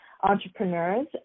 entrepreneurs